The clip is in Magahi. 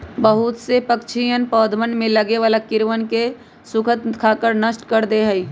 बहुत से पक्षीअन पौधवन में लगे वाला कीड़वन के स्खुद खाकर नष्ट कर दे हई